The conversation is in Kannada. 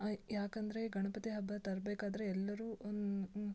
ಅಯ್ ಯಾಕಂದರೆ ಗಣಪತಿ ಹಬ್ಬ ತರಬೇಕಾದ್ರೆ ಎಲ್ಲರೂ ಒಂದು